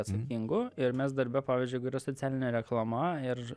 atsakingu ir mes darbe pavyzdžiui jeigu yra socialinė reklama ir